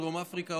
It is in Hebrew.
דרום אפריקה,